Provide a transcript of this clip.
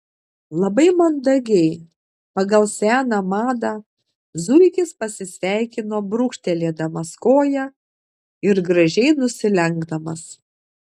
labai mandagiai pagal seną madą zuikis pasisveikino brūkštelėdamas koja ir gražiai nusilenkdamas